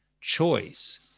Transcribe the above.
choice